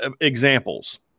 Examples